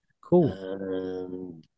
Cool